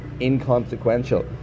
inconsequential